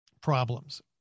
problems